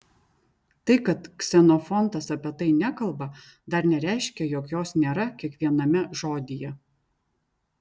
tai kad ksenofontas apie tai nekalba dar nereiškia jog jos nėra kiekviename žodyje